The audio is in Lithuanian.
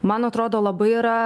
man atrodo labai yra